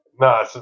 No